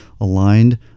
aligned